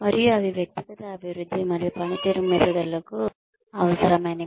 మరియు అవి వ్యక్తిగత అభివృద్ధి మరియు పనితీరు మెరుగుదలకు అవసరమైనవి